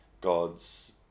God's